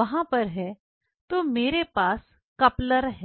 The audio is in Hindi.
वहां पर है तो मेरे पास कपलर है